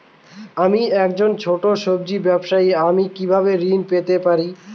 আমি একজন ছোট সব্জি ব্যবসায়ী আমি কিভাবে ঋণ পেতে পারি?